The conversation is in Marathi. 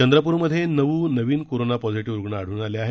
चंद्रपूरमधे नऊ नवीन कोरोना पॉझिटिव्ह रुग्ण आढळून आले आहेत